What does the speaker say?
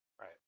right